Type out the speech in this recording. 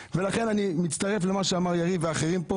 לכן אני מצטרף לדברים של חבר הכנסת יריב לוין ואחרים פה